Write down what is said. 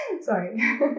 Sorry